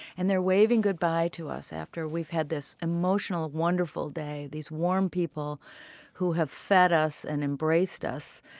and they're waving goodbye to us after we've had this emotional, wonderful day, these warm people who have fed us and embraced us,